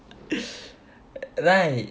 right